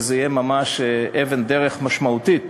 וזו תהיה ממש אבן דרך משמעותית